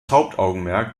hauptaugenmerk